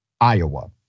Iowa